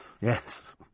Yes